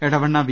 എട വണ്ണ വി